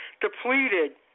depleted